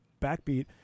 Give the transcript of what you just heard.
backbeat